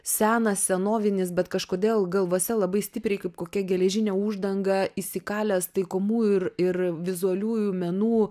senas senovinis bet kažkodėl galvose labai stipriai kaip kokia geležinė uždanga įsikalęs taikomųjų ir ir vizualiųjų menų